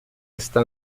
está